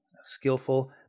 skillful